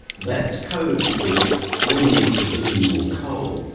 that's code for we need to burn more coal.